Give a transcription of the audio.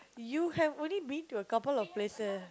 you have only been to a couple of places